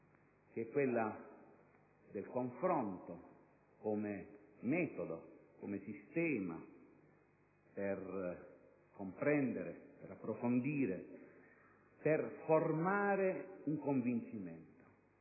quella del confronto come metodo, come sistema per comprendere, per approfondire, per formare un convincimento.